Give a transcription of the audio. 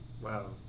Wow